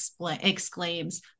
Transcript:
exclaims